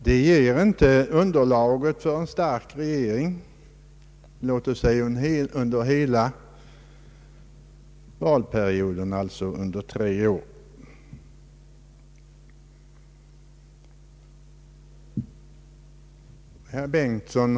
Detta ger inte underlag för en stark regering under denna valperiod, alltså under tre år framåt.